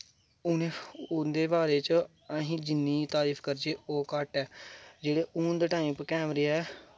उं'दे बारे च अस जिन्नी तरीफ करचै ओह् घट्ट ऐ जेह्ड़े हून दे टैम कैमरे ऐं